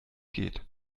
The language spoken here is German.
geht